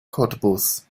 cottbus